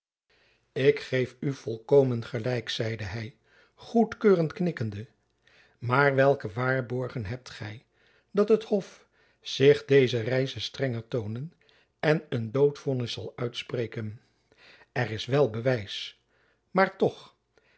ik geef u volkomen gelijk zeide hy goedkeurend knikkende maar welke waarborgen hebt gy dat het hof zich deze reize strenger toonen en een doodvonnis zal uitspreken er is wel bewijs maar toch